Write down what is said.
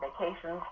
vacations